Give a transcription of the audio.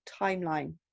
timeline